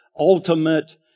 ultimate